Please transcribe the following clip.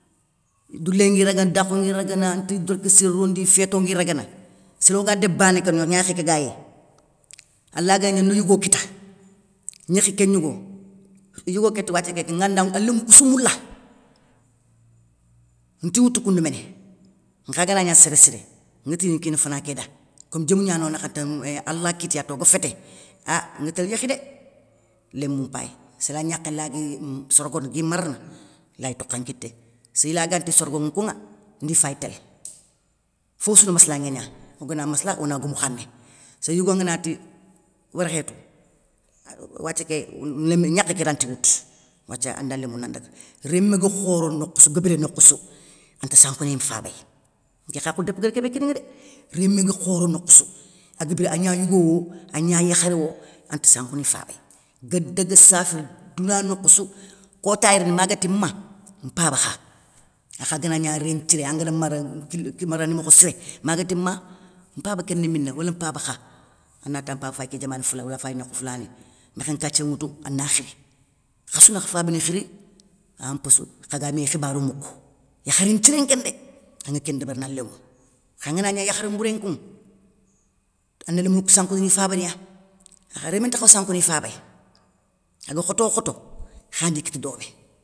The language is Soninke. Doulé ngui ragana, dakhou ngui ragana, ti dorkssiri rondi féto ngui ragana, soro nga débe bané ké nokho gnakhé ké gayéy, alla ganagna ni yougo kita, gnékhi kén gnigo, yigo kéti wathia kéta ŋa nda lémou koussou moula nti woutou koundou méné nkha ganagna sér siré gna, ŋa tini nkina fana ké da kom diomou gna no nakha tane, allah kitiya ta oga fété, ah nŋa télé yékhi dé, lémou mpayi, séla gnakhé lagui, i sorogono, gui marana layi tonkha nkité, séli laganti sorogono kounŋa, ndi fay télé. Fofossouna massalanŋé gna, ogana massala ona gomou khané, séli yigo nganati, workhiyatou wathia ké léé gnakhé ké ranti woutou, wathia anda lomou na ndaga, rémé ga khoro nokhoussou, ga biré. nokhoussou, anta sankou ni yimé fabaye. Nké hakhile dépou guér kébé kiniŋa dé, rémé nga khoro nokhoussou, aga biré agna yougo wo, agna yakharé wo, anti sankouni fabaye, gue daga saféri douna nokhoussou kotay rini magati mah, mpaba kha, akha ganagna rén nthiré, angara mara kil marandi mokho siré, magati mah, mpaba kéni mina wala mpaba kha, anati an mpaba fay ké diamané foulané wala fay ké nokhou foulané, mékhén nkathié nŋwoutou ana khiri, khassouna kha fabani khiri aya mpossou khaga mé khibarou moukou. Yakhari nthiré nkén ndé, anŋa kén ndébérina lémou, kha nganagna yakhari mbouré nkouŋa, ana lémounou kou sankoundini fabaniya. akha rémé nti khaw sankouni fabay, aga khotowokhoto. khaya ndi kita domé.